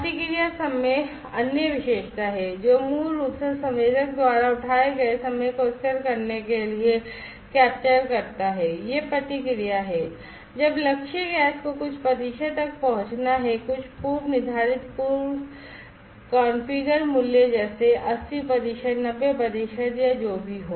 प्रतिक्रिया समय अन्य विशेषता है जो मूल रूप से संवेदक द्वारा उठाए गए समय को स्थिर करने के लिए कैप्चर करता है यह प्रतिक्रिया है जब लक्ष्य गैस को कुछ प्रतिशत तक पहुंचाना है कुछ पूर्वनिर्धारित पूर्व कॉन्फ़िगर मूल्य जैसे 80 प्रतिशत 90 प्रतिशत या जो भी हो